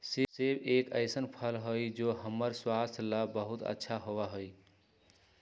सेब एक ऐसन फल हई जो हम्मर स्वास्थ्य ला बहुत अच्छा होबा हई